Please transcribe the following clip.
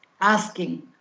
asking